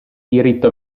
diritto